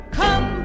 come